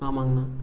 ஆமாங்கண்ணா